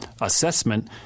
assessment